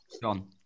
John